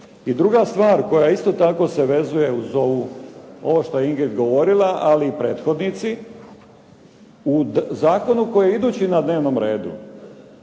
I druga stvar koja isto tako se vezuje uz ovo što je Ingrid govorila, ali i prethodnici, u zakonu koji je idući na dnevnom redu,